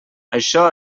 això